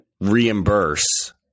reimburse